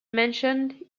mentioned